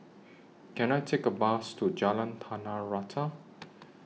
Can I Take A Bus to Jalan Tanah Rata